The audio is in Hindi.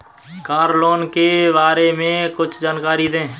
कार लोन के बारे में कुछ जानकारी दें?